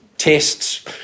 Tests